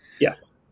Yes